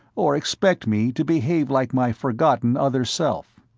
or expect me to behave like my forgotten other self.